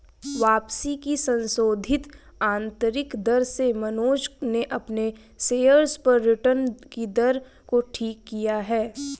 वापसी की संशोधित आंतरिक दर से मनोज ने अपने शेयर्स पर रिटर्न कि दर को ठीक किया है